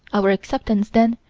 our acceptance, then,